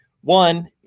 One